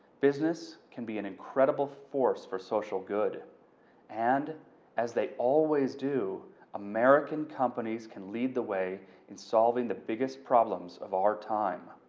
business can be an incredible force for social good and as they always do american companies can lead the way in solveing the biggest problems of our time.